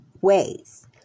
ways